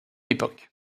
époque